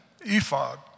ephod